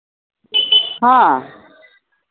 ᱦᱮᱸ